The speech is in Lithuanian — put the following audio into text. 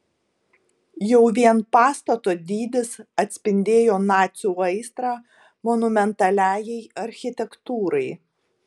jau vien pastato dydis atspindėjo nacių aistrą monumentaliajai architektūrai